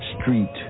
street